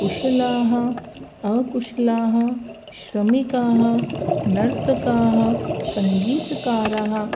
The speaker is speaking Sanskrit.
कुशलाः अकुशलाः श्रमिकाः नर्तकाः सङ्गीतकाराः